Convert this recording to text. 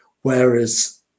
whereas